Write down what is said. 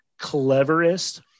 cleverest